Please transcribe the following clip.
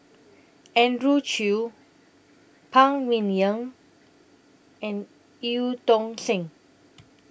Andrew Chew Phan Ming Yen and EU Tong Sen